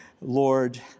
Lord